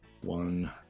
One